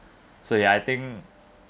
so ya I think